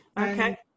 Okay